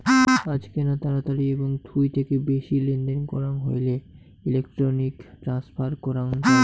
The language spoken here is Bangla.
আজকেনা তাড়াতাড়ি এবং থুই থেকে খুশি লেনদেন করাং হইলে ইলেক্ট্রনিক ট্রান্সফার করাং যাই